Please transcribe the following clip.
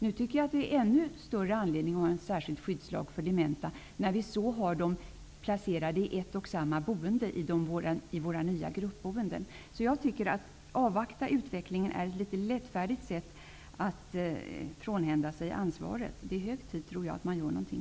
Nu tycker jag att det finns ännu större anledning att ha en särskild skyddslag för dementa, när vi har dem placerade i ett och samma boende i våra nya gruppboenden. Att avvakta utvecklingen tycker jag är litet lättfärdigt sätt att frånhända sig ansvaret. Det är hög tid att man gör någonting.